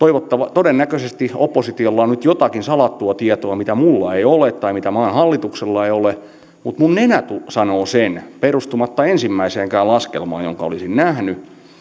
todennäköisesti oppositiolla on nyt jotakin salattua tietoa mitä minulla ei ole tai mitä maan hallituksella ei ole mutta minun nenäni sanoo sen perustumatta ensimmäiseenkään laskelmaan jonka olisin nähnyt että